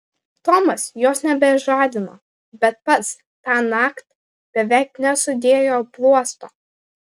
tomas jos nebežadino bet pats tąnakt beveik nesudėjo bluosto